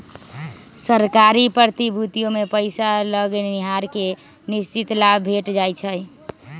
सरकारी प्रतिभूतिमें पइसा लगैनिहार के निश्चित लाभ भेंट जाइ छइ